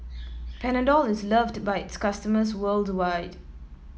Panadol is loved by its customers worldwide